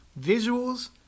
Visuals